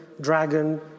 dragon